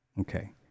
okay